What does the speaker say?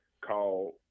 called